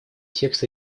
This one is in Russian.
текст